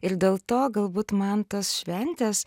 ir dėl to galbūt man tos šventės